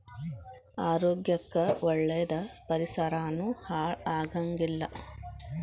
ಆರೋಗ್ಯ ಕ್ಕ ಒಳ್ಳೇದ ಪರಿಸರಾನು ಹಾಳ ಆಗಂಗಿಲ್ಲಾ